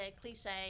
cliche